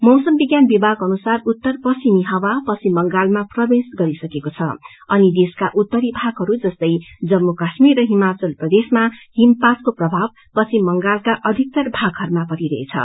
मौसम विज्ञान विभाग अनुसार उत्तर पश्चिमी हावा पश्चिम गबंगालमा प्रवेश गरिसकेको छ अनि देशका उत्तरी भागहरू जस्तै जम्मू काश्मर र हिमाचल प्रदेशमा हिमपातको प्रभाव एब का अधिकतर भागहरूमा परिरहेछ